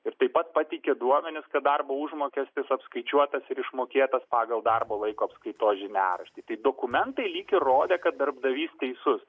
ir taip pat pateikė duomenis kad darbo užmokestis apskaičiuotas ir išmokėtas pagal darbo laiko apskaitos žiniaraštį tai dokumentai lyg įrodė kad darbdavys teisus